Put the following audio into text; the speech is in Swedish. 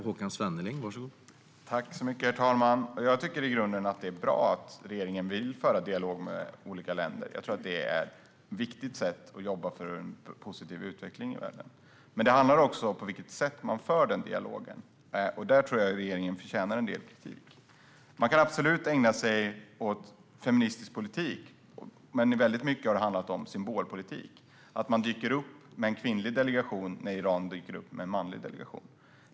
Herr talman! Jag tycker i grunden att det är bra att regeringen vill föra dialog med olika länder. Jag tror att det är ett viktigt sätt att jobba för en positiv utveckling i världen. Men det handlar också om på vilket sätt man för denna dialog. Där tror jag att regeringen förtjänar en del kritik. Man kan absolut ägna sig åt feministisk politik. Men väldigt mycket har handlat om symbolpolitik - att man dyker upp med en kvinnlig delegation när Iran dyker upp med en manlig delegation.